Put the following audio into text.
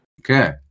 Okay